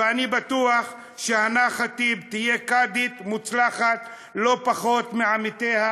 ואני בטוח שהנא ח'טיב תהיה קאדית מוצלחת לא פחות מעמיתיה